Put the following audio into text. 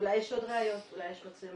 אולי יש עוד ראיות, אולי יש מצלמות.